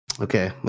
Okay